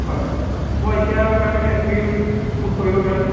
হয় মই এতিয়া কাৰণে প্ৰি বুক কৰিব পাৰিম